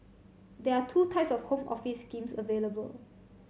there are two types of Home Office schemes available